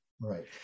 Right